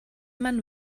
man